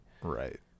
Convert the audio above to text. Right